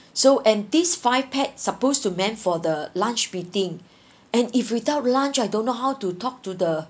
so and this five pack supposed to meant for the lunch meeting and if without lunch I don't know how to talk to the